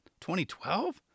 2012